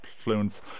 influence